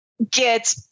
get